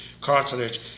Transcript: cartilage